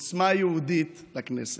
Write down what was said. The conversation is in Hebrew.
ועוצמה יהודית לכנסת.